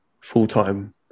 full-time